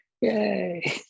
Yay